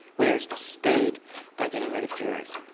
where is the speed by getting rid of juries?